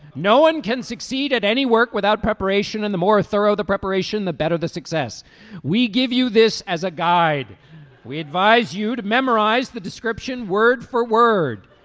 no one can succeed at any work without preparation and the more thorough the preparation the better the success we give you this as a guide we advise you to memorize the description word for word.